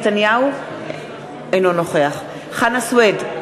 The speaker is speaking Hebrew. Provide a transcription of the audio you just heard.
אינו נוכח חנא סוייד,